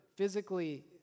Physically